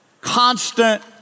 constant